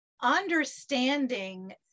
understanding